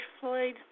Floyd